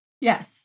Yes